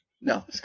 No